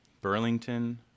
Burlington